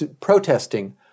protesting